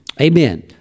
Amen